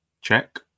Check